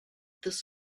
this